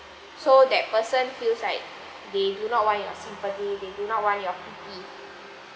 so that person feels like they do not want your sympathy they do not want your pity